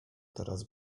teraz